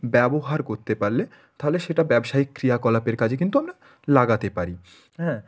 ব্যবহার করতে পারলে তাহলে সেটা ব্যবসায়িক ক্রিয়াকলাপের কাজে কিন্তু আমরা লাগাতে পারি হ্যাঁ